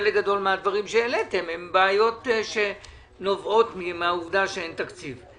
חלק גדול מן הדברים שהעליתם הוא בעיות שנובעות מהעובדה שאין תקציב.